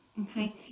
Okay